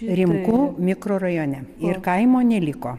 rimkų mikrorajone ir kaimo neliko